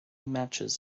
matches